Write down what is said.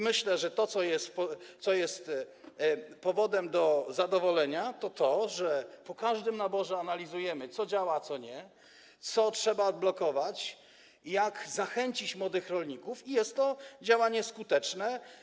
Myślę, że to, co jest powodem do zadowolenia, to to, że po każdym naborze analizujemy, co działa, a co nie, co trzeba odblokować, jak zachęcić młodych rolników, i jest to działanie skuteczne.